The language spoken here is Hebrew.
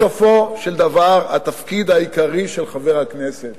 בסופו של דבר, התפקיד העיקרי של חבר הכנסת